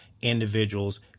individuals